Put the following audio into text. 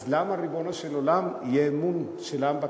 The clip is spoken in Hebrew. אז למה, ריבונו של עולם, יהיה אמון של העם בכנסת?